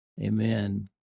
Amen